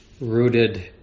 rooted